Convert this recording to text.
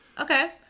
okay